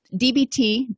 DBT